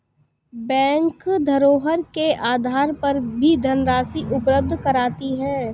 bank धरोहर के आधार पर भी धनराशि उपलब्ध कराती है